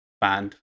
band